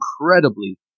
incredibly